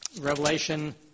Revelation